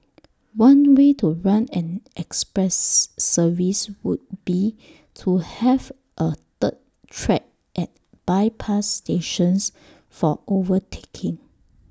one way to run an express service would be to have A third track at bypass stations for overtaking